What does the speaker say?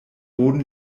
boden